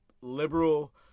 liberal